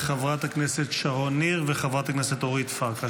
לחברת הכנסת שרון ניר ולחברת הכנסת אורית פרקש,